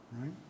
Right